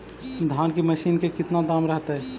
धान की मशीन के कितना दाम रहतय?